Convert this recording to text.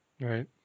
Right